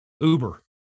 Uber